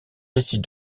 décide